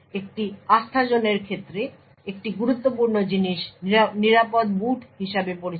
একটি আস্থাজোনের ক্ষেত্রে একটি গুরুত্বপূর্ণ জিনিস নিরাপদ বুট হিসাবে পরিচিত